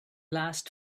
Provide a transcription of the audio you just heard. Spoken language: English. last